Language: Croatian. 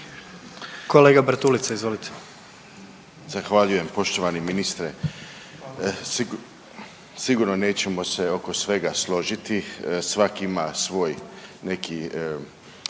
Stephen Nikola (DP)** Zahvaljujem. Poštovani ministre sigurno nećemo se oko svega složiti, svak ima svoj neki,